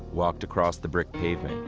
walked across the brick paving,